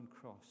cross